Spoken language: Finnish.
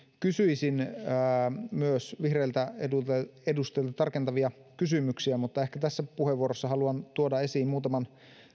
kysyisin vihreiltä edustajilta tarkentavia kysymyksiä mutta ehkä tässä puheenvuorossa haluan tuoda esiin muutaman